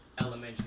elementary